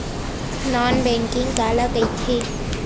Non banking काला कइथे?